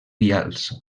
vials